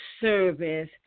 service